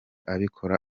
abikora